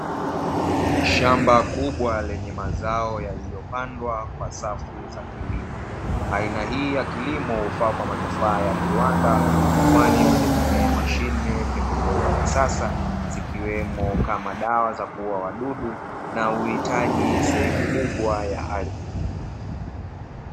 Shamba kubwa lenye mazao yaliyopandwa kwa safu za kiwima. Aina hii ya kilimo hufaa kwa manufaa ya viwanda, kwani hutegemea mashine, pembejeo za kisasa, zikiwemo kama dawa za kuua wadudu na uhitaji sehemu kubwa ya ardhi.